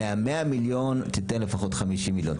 מה-100 מיליון תיתן לפחות 50 מיליון,